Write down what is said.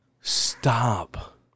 Stop